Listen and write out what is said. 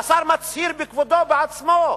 והשר בכבודו ובעצמו מצהיר: